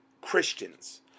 Christians